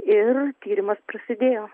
ir tyrimas prasidėjo